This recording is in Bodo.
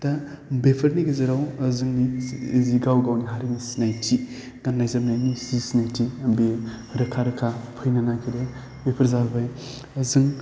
दा बेफोरनि गेजेराव जोंनि जि जि गाव गावनि हारिमु सिनायथि गाननाय जोमनायनि जि सिनायथि बे रोखा रोखा फैनो नागिरो बेफोर जाबाय जों